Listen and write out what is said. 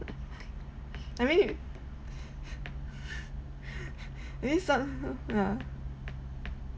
I mean this one ah